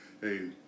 hey